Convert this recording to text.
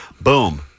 Boom